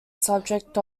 subject